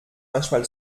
manchmal